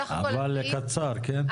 אבל קצר, כן?